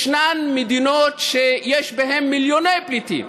ישנן מדינות שיש בהן מיליוני פליטים,